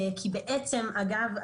אגב,